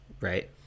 right